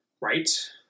right